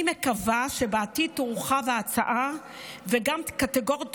אני מקווה שבעתיד תורחב ההצעה וקטגוריות